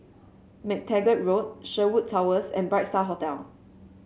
MacTaggart Road Sherwood Towers and Bright Star Hotel